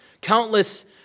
Countless